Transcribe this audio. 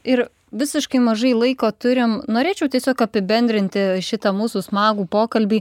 ir visiškai mažai laiko turim norėčiau tiesiog apibendrinti šitą mūsų smagų pokalbį